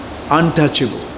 untouchable